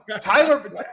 Tyler